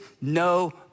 no